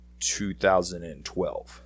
2012